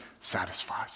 satisfies